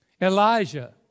Elijah